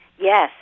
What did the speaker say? Yes